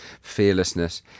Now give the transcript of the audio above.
fearlessness